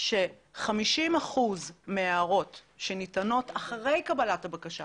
ש-50 אחוזים מההערות שניתנות אחרי קבלת הבקשה